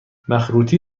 مخروطی